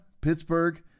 Pittsburgh